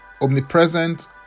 omnipresent